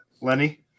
Lenny